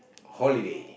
holiday